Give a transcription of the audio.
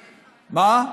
מה?